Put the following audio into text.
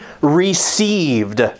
received